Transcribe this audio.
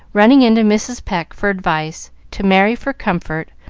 running in to mrs. pecq for advice, to merry for comfort,